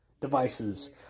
devices